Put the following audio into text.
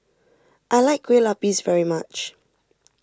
I like Kueh Lapis very much